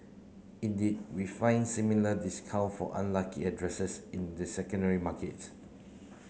indeed we find similar discount for unlucky addresses in the secondary markets